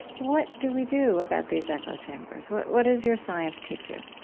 what do we do about these echo chambers? what what does your science teach you?